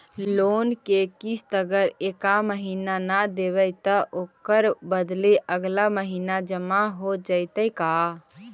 Loan के किस्त अगर एका महिना न देबै त ओकर बदले अगला महिना जमा हो जितै का?